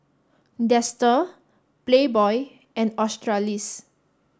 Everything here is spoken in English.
Dester Playboy and Australis